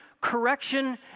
correction